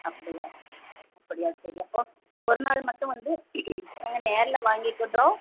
அப்படியா அப்படியா சரி அப்போது ஒரு நாள் மட்டும் வந்து நாங்கள் நேரில் வாங்கிக்கிடறோம்